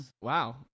Wow